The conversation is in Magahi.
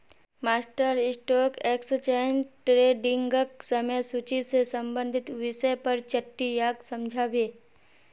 मास्टर स्टॉक एक्सचेंज ट्रेडिंगक समय सूची से संबंधित विषय पर चट्टीयाक समझा बे